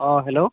অ hello